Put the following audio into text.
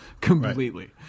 Completely